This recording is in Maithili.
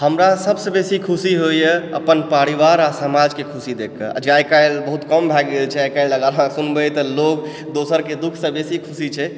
हमरा सबसँ बेसी खुशी होइए अपन परिवार आओर समाजके खुशी देखिकऽ आइकाल्हि बहुत कम भए गेल छै आइकाल्हि अहाँ सुनबै तऽ लोग दोसरके दुःखसँ बेसी खुशी छै